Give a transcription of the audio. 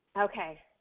Okay